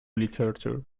literature